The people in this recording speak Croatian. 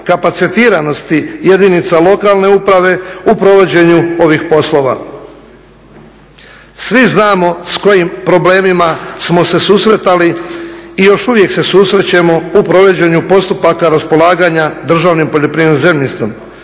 kapacitiranosti jedinica lokalne uprave u provođenju ovih poslova. Svi znamo s kojim problemima smo se susretali i još uvijek se susrećemo u provođenju postupaka raspolaganja državnim poljoprivrednim zemljištem.